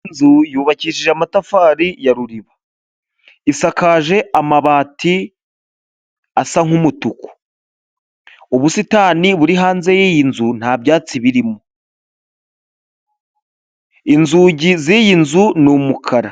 Inzu yubakishije amatafari ya Ruriba, isakaje amabati asa nk'umutuku, ubusitani buri hanze y'iyi nzu nta byatsi birimo, inzugi z'iyi nzu ni umukara.